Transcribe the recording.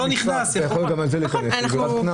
נכנס ----- אתה יכול גם על זה לחייב -- נכון,